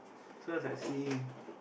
so it was like seeing